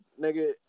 nigga